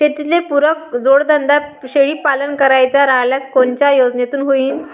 शेतीले पुरक जोडधंदा शेळीपालन करायचा राह्यल्यास कोनच्या योजनेतून होईन?